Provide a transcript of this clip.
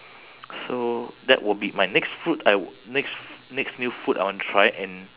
so that will be my next food I w~ next f~ next new food I want to try and